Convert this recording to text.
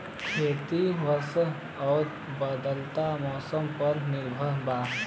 खेती वर्षा और बदलत मौसम पर निर्भर बा